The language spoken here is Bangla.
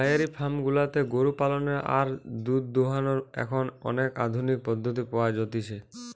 ডায়েরি ফার্ম গুলাতে গরু পালনের আর দুধ দোহানোর এখন অনেক আধুনিক পদ্ধতি পাওয়া যতিছে